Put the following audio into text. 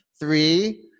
three